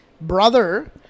brother